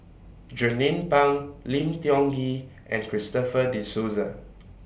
Jernnine Pang Lim Tiong Ghee and Christopher De Souza